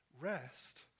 rest